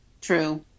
True